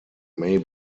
may